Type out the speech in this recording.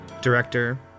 director